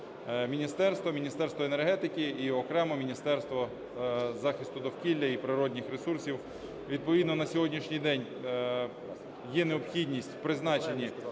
міністерства: Міністерство енергетики і окремо Міністерство захисту довкілля і природних ресурсів. Відповідно на сьогоднішній день є необхідність у призначенні